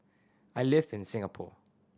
I live in Singapore